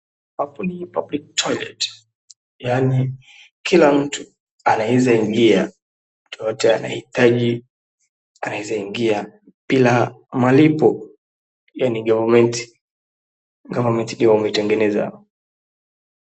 Apo ni public toilet yaani kila mtu anaweza ingia. Yeyote anayeitaji anaweza ingia bila malipo. Hiyo ni government imetengeneza.